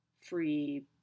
free